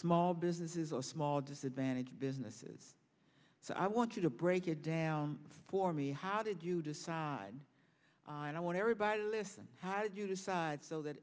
small businesses or small disadvantaged businesses so i want you to break it down for me how did you decide i want everybody to listen how did you decide so that